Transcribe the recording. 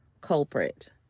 culprit